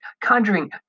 conjuring